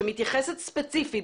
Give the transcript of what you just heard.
שמתייחסת ספציפית,